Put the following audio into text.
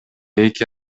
эки